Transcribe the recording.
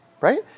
right